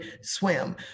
swim